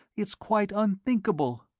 it's quite unthinkable.